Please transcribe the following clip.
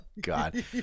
God